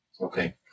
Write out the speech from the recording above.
Okay